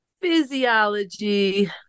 physiology